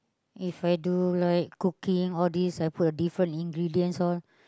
If I do like cooking all this I put different ingredients all